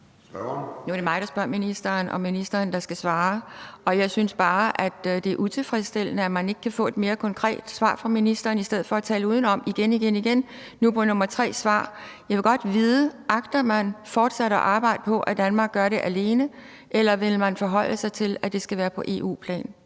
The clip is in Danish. Nu er det mig, der spørger ministeren, og ministeren, der skal svare, og jeg synes bare, det er utilfredsstillende, at man ikke kan få et mere konkret svar fra ministeren, i stedet for at ministeren taler udenom igen igen, nu i sit svar nummer tre. Jeg vil godt vide: Agter man fortsat at arbejde på, at Danmark gør det alene, eller vil man forholde sig til, at det skal være på EU-plan?